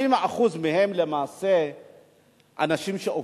50% מהם למעשה אנשים שעובדים.